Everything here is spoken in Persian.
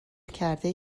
کرده